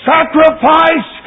Sacrifice